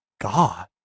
God